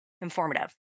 informative